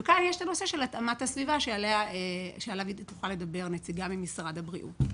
וכאן יש את הנושא של התאמת הסביבה שעליו תוכל לדבר נציגה ממשרד הבריאות.